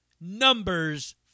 numbers